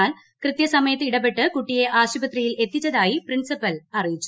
എന്നാൽ കൃത്യസമയത്ത് ഇടപെട്ട് കുട്ടിയെ ആശുപത്രിയിൽ എത്തിച്ചതായി പ്രിൻസിപ്പൽ പറഞ്ഞു